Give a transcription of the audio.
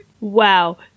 wow